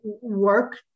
work